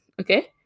okay